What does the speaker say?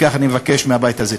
כך אני מבקש מהבית הזה.